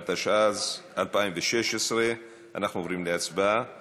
התשע"ז 2016. אנחנו עוברים להצבעה